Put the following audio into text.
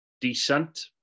decent